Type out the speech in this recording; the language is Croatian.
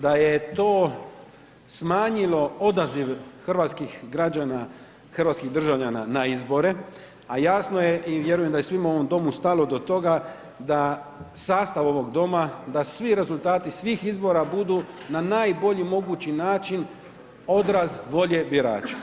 Da je to smanjilo odaziv hrvatskih građana, hrvatskih državljana na izbore, a jasno je i vjerujem da je svima u ovom Domu stalo do toga, da sastav ovog Doma, da svi rezultati svih izbora, budu na najbolji mogući način odraz volje birača.